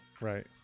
Right